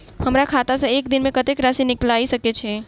हमरा खाता सऽ एक दिन मे कतेक राशि निकाइल सकै छी